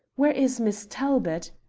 where is miss talbot?